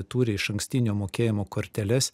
turi išankstinio mokėjimo korteles